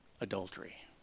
adultery